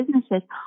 businesses